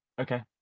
okay